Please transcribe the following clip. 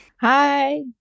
Hi